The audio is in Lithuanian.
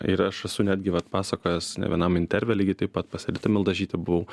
ir aš esu netgi vat papasakojęs ne vienam interve lygiai taip pat pas editą mildažytę buvau